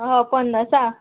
ह पन्नासा